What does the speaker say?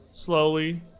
Slowly